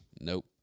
Nope